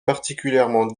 particulièrement